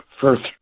first